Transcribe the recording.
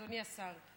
אדוני השר,